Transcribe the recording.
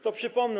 To przypomnę.